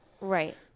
Right